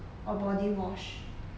or body wash